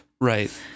Right